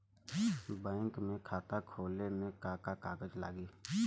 Bank में खाता खोले मे का का कागज लागी?